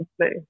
play